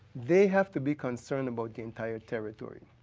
they have to be concerned about the entire territory.